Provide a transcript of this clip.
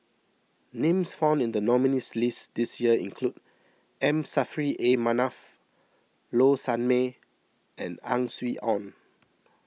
names found in the nominees' list this year include M Saffri A Manaf Low Sanmay and Ang Swee Aun